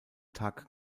tag